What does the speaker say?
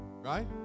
right